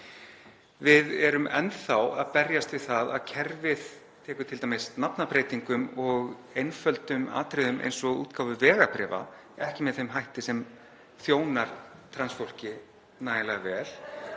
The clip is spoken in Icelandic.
Við erum enn þá að berjast við það að kerfið tekur t.d. nafnabreytingum og einföldum atriðum, eins og útgáfu vegabréfa, ekki með hætti sem þjónar trans fólki nægilega vel